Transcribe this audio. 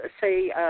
say